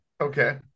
Okay